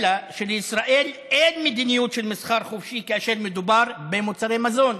אלא שלישראל אין מדיניות של מסחר חופשי כאשר מדובר במוצרי מזון.